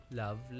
love